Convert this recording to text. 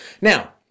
Now